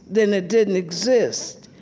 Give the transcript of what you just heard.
then it didn't exist.